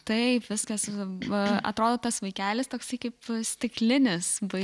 taip viskas atrodo tas vaikelis toksai kaip stiklinis